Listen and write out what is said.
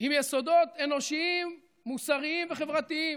עם יסודות אנושיים, מוסריים וחברתיים.